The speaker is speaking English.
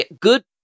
good